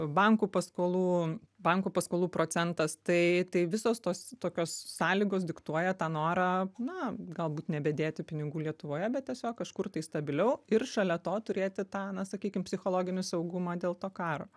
bankų paskolų bankų paskolų procentas tai tai visos tos tokios sąlygos diktuoja tą norą na galbūt nebe dėti pinigų lietuvoje bet tiesiog kažkur tai stabiliau ir šalia to turėti tą na sakykim psichologinį saugumą dėl to karo